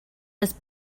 was